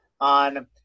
on